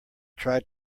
tried